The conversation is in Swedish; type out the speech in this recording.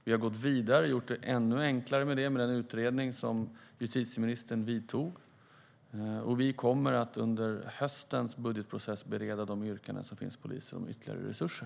Vi har gått vidare och gjort detta ännu enklare i och med den utredning som justitieministern tillsatte. Vi kommer att under höstens budgetprocess bereda de yrkanden som finns från polisen om ytterligare resurser.